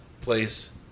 place